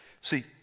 See